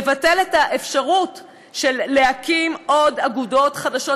מבטל את האפשרות להקים אגודות חדשות,